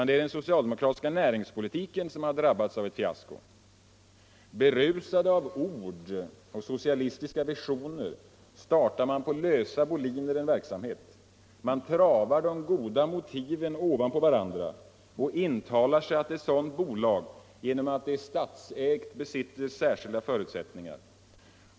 Det är den socialdemokratiska näringspolitiken som drabbats av ett fiasko. Berusade av ord och socialistiska visioner startar man på lösa boliner en verksamhet. Man travar de goda motiven ovanpå varandra och intalar sig att ett sådant bolag genom att det är statsägt besitter särskilda förutsättningar.